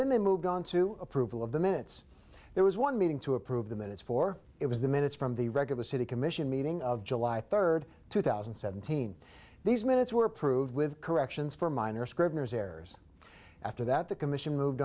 then they moved on to approval of the minutes there was one meeting to approve the minutes for it was the minutes from the regular city commission meeting of july third two thousand and seventeen these minutes were approved with corrections for minor scribner's errors after that the commission moved